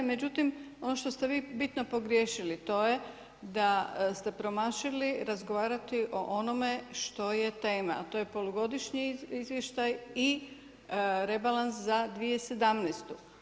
Međutim ono što ste vi bitno pogriješili, to je da ste promašili razgovarati o onome što je tema a to je polugodišnji izvještaj i rebalans za 2017.